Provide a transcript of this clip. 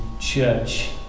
church